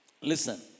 listen